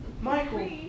Michael